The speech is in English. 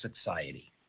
society